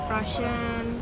Russian